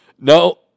No